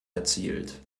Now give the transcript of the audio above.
erzielt